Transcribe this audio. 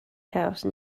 house